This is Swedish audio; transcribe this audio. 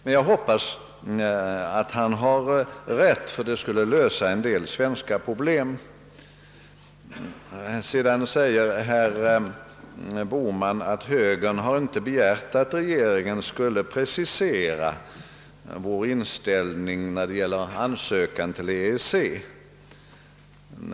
Men jag hoppas att han har rätt, ty i så fall skulle en del svenska problem lösas. Herr Bohman sade vidare att högern inte har begärt att regeringen skall precisera den svenska inställningen när det gäller vår ansökan till EEC.